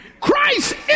Christ